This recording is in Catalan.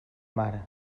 mare